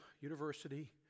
university